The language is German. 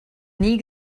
nie